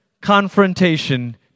confrontation